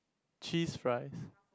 cheese fries